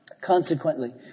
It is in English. Consequently